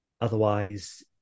Otherwise